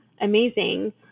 amazing